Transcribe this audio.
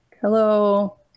hello